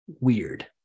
weird